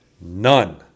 None